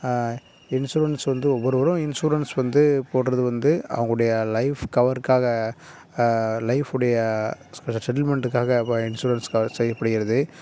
insurance வந்து ஒவ்வொருவரும் insurance வந்து போடுறது வந்து அவங்குடிய லைஃப் கவர்க்காக லைஃபுடைய செட்டில்மண்ட்டுக்காக இப்போ இன்ஷூரன்ஸ் கா செய்யப்படுகிறது